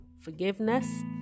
forgiveness